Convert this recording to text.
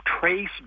trace